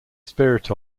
spirit